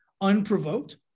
unprovoked